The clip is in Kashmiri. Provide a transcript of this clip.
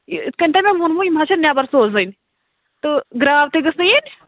یہِ یِتھ کٔنۍ تۄہہِ مےٚ ووٚنمو یِم حظ چھِ نٮ۪بَر سوزٕنۍ تہٕ گرٛاو تہِ گٔژھنہٕ یِنۍ